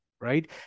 right